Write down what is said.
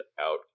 out